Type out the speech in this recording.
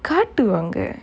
காட்டுவாங்க:kaattuvaanga